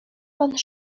pan